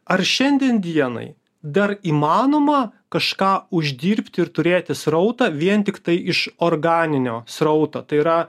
ar šiandien dienai dar įmanoma kažką uždirbti ir turėti srautą vien tiktai iš organinio srauto tai yra